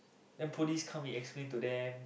then police come we explain to them